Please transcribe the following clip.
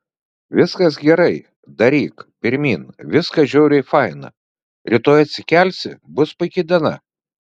viskas gerai daryk pirmyn viskas žiauriai faina rytoj atsikelsi bus puiki diena